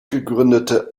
gegründete